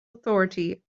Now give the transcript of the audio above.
authority